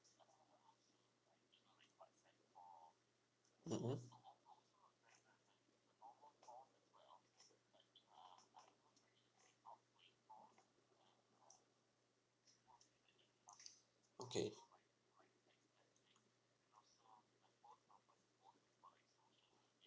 mmhmm okay